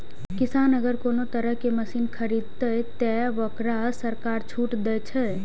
किसान अगर कोनो तरह के मशीन खरीद ते तय वोकरा सरकार छूट दे छे?